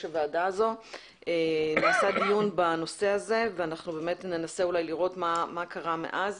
הוועדה הזאת - בנושא הזה ואנחנו ננסה אולי לראות מה קרה מאז